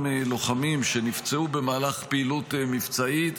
לוחמים שנפצעו במהלך פעילות מבצעית,